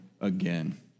again